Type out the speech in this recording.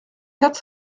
quatre